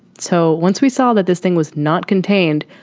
so once we saw that this thing was not contained,